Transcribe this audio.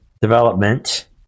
development